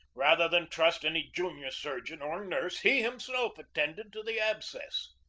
rather than trust any junior surgeon or nurse, he himself attended to the abscess.